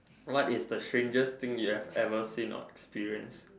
what is the strangest thing you have ever seen or experience